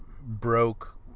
broke